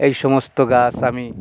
এই সমস্ত গাছ আমি